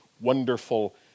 wonderful